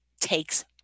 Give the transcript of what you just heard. takes